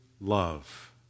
love